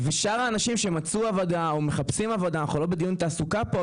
ושאר האנשים שמצאו עבודה או מחפשים עבודה אנחנו לא בדיון תעסוקה פה,